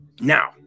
now